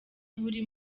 buri